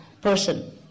person